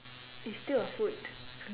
it's still a food